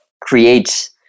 creates